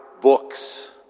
books